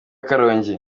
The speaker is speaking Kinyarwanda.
karongi